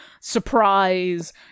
surprise